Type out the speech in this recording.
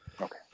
Okay